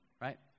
right